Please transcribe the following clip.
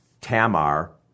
Tamar